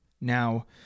Now